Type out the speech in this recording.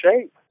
shape